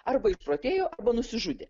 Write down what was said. arba išprotėjo arba nusižudė